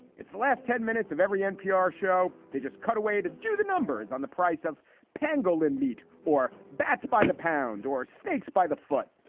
it's the last ten minutes of every npr show. they just cut away to do the numbers on the price of pangolin meat or bats by the pound or snakes by the foot.